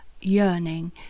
yearning